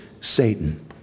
Satan